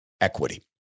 equity